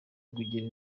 kugira